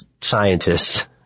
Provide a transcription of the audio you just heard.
scientists